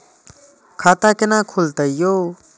खाता केना खुलतै यो